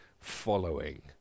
following